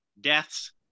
deaths